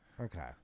Okay